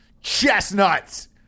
Chestnuts